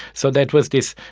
so that was this,